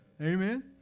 Amen